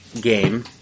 game